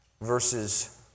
verses